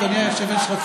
אדוני היושב-ראש,